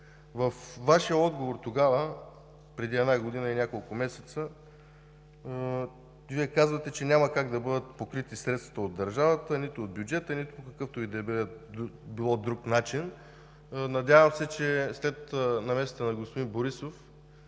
Във Вашия отговор тогава, преди година и няколко месеца, Вие казвате, че няма как да бъдат покрити средствата от държавата – нито от бюджета, нито по какъвто и да било друг начин. След намесата на господин Борисов,